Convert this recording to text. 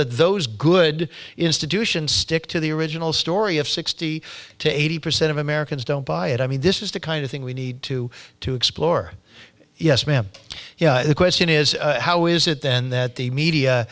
that those good institutions stick to the original story of sixty to eighty percent of americans don't buy it i mean this is the kind of thing we need to to explore yes ma'am the question is how is it then that the media